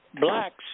blacks